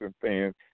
fans